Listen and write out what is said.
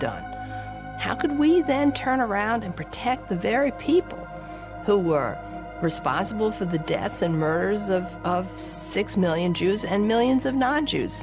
done how could we then turn around and protect the very people who were responsible for the deaths and murders of of six million jews and millions of non jews